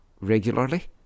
regularly